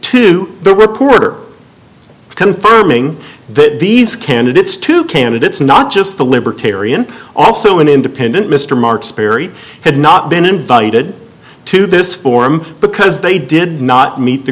to the reporter confirming that these candidates two candidates not just a libertarian also an independent mr mark sperry had not been invited to this form because they did not meet the